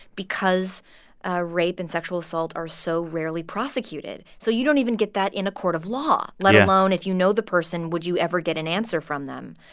because ah rape and sexual assault are so rarely prosecuted, so you don't even get that in a court of law yeah. let alone, if you know the person, would you ever get an answer from them?